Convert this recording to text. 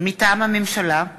מטעם הממשלה: